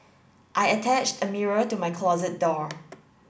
I attached a mirror to my closet door